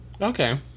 Okay